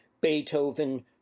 Beethoven